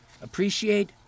Appreciate